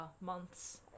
Months